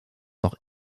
noch